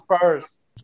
first